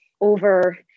over